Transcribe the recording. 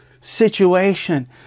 situation